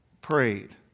prayed